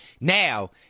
now